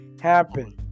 happen